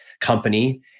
company